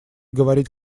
говорить